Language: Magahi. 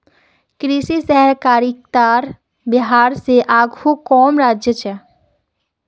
कृषि सहकारितात बिहार स आघु कम राज्य छेक